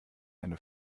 eine